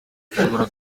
ashobora